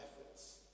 efforts